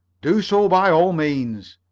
do so by all means.